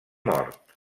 mort